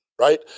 right